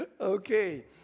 Okay